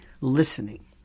listening